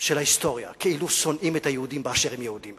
של ההיסטוריה כאילו שונאים את היהודים באשר הם יהודים.